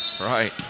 Right